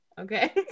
Okay